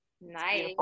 nice